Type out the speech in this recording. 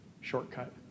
shortcut